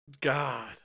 God